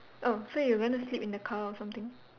oh so you going to sleep in the car or something